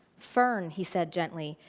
fern, he said gently,